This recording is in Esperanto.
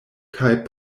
kaj